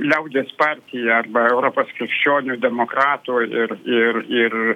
liaudies partija arba europos krikščionių demokratų ir ir ir